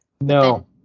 No